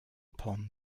upon